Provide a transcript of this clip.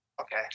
Okay